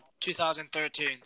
2013